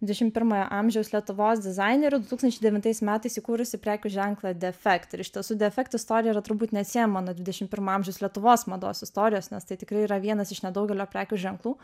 dvidešimt pirmojo amžiaus lietuvos dizainerių du tūkstančiai devintais metais įkūrusi prekių ženklą defekt iš tiesų defekt istorija yra turbūt neatsiejama nuo dvidešimt pirmo amžiaus lietuvos mados istorijos nes tai tikrai yra vienas iš nedaugelio prekių ženklų